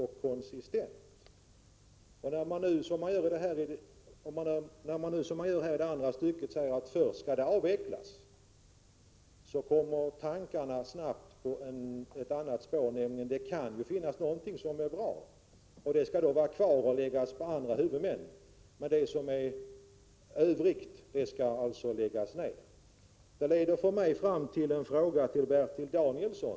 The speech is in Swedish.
När moderaterna säger att statens råd för byggnadsforskning först skall avvecklas, förs tankarna snabbt till något annat, nämligen att det kan finnas något som är bra i verksamheten. Det skall då finnas kvar och läggas på andra huvudmän. Men den övriga verksamheten skall alltså läggas ned. Jag vill därför säga följande till Bertil Danielsson.